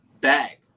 bag